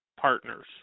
partners